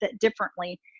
differently